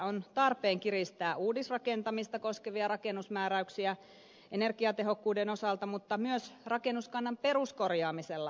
on tarpeen kiristää uudisrakentamista koskevia rakennusmääräyksiä energiatehokkuuden osalta mutta myös rakennuskannan peruskorjaamisella on väliä